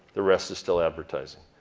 the rest is still advertising.